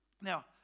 Now